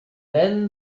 then